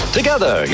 Together